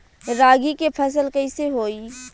रागी के फसल कईसे होई?